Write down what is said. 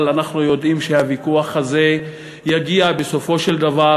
אבל אנחנו יודעים שהוויכוח הזה יגיע בסופו של דבר,